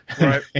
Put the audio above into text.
Right